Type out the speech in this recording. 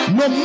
no